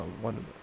one